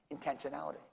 intentionality